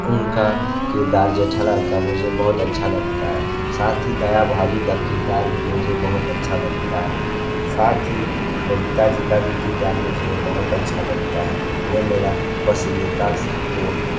उनका किरदार जेठालाल का मुझे बहुत अच्छा लगता है साथ ही दया भाभी का किरदार भी मुझे बहुत अच्छा लगता है साथ ही बबीता जी का भी किरदार मुझे बहुत अच्छा लगता है यह मेरा पसंदीदा शो है